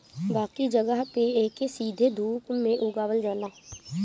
बाकी जगह पे एके सीधे धूप में उगावल जाला